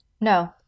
No